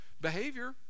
behavior